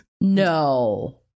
No